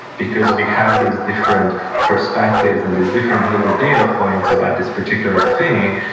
because we have these different perspectives and these different little data points about this particular thing,